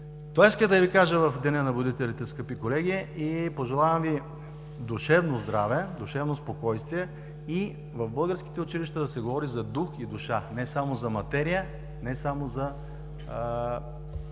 Това исках да Ви кажа в Деня на будителите, скъпи колеги. Пожелавам Ви душевно здраве, душевно спокойствие и в българските училища да се говори за дух и душа, не само за материя, не само за